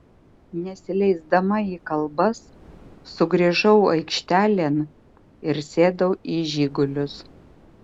nesileisdama į kalbas sugrįžau aikštelėn ir sėdau į žigulius